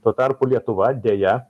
tuo tarpu lietuva deja